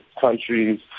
countries